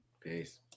Peace